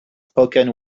spoken